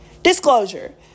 Disclosure